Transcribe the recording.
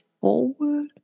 forward